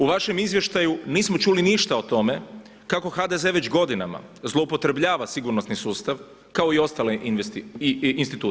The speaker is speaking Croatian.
U vašem izvještaju nismo čuli ništa o tome kako HDZ već godinama zloupotrebljava sigurnosni sustav kao i ostale institucije.